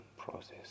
process